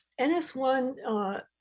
NS1